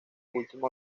último